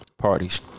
parties